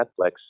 Netflix